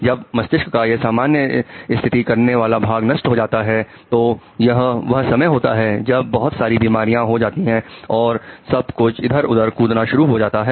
जब मस्तिष्क का यह सामान्य स्थापित करने वाला भाग नष्ट हो जाता है तो यह वह समय होता है जब बहुत सारी बीमारियां हो जाती हैं और सब कुछ इधर उधर कूदना शुरू कर देता है